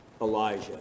Elijah